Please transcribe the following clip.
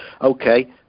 okay